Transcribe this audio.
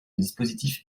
dispositif